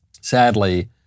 sadly